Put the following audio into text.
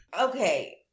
Okay